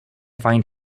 find